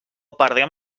perdrem